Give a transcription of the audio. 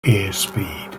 airspeed